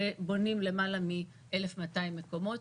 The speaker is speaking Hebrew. ובונים למעלה מ-1,200 מקומות.